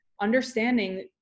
understanding